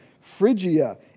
Phrygia